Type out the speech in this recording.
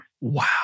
Wow